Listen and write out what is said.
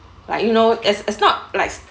like you know it's it's not like